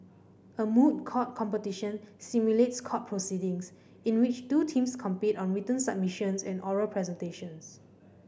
a moot court competition simulates court proceedings in which two teams compete on written submissions and oral presentations